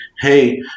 hey